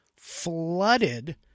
flooded